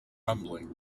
rumbling